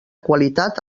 qualitat